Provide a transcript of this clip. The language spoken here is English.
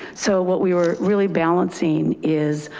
so what we were really balancing is